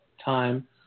time